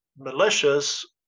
Malicious